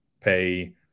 pay